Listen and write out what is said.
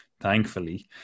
thankfully